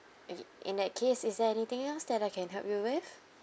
okay in that case is there anything else that I can help you with